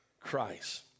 Christ